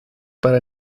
para